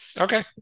okay